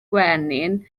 gwenyn